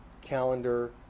calendar